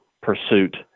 pursuit